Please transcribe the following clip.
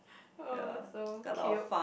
oh so cute